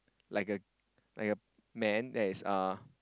like a like a man that is uh